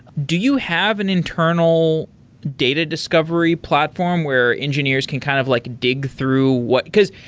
do you have an internal data discovery platform where engineers can kind of like dig through what because,